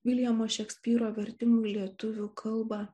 viljamo šekspyro vertimų į lietuvių kalbą